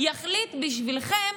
אחליט בשבילכם